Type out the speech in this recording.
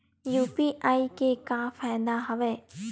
UPI के का फ़ायदा हवय?